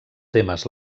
temes